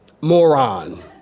moron